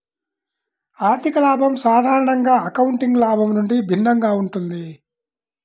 ఆర్థిక లాభం సాధారణంగా అకౌంటింగ్ లాభం నుండి భిన్నంగా ఉంటుంది